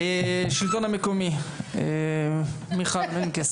השלטון המקומי, מיכל מנקס,